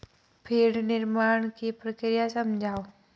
feed निर्माण की प्रक्रिया समझाओ